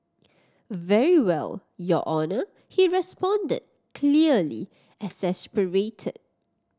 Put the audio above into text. very well your Honour he responded clearly exasperated